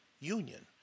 Union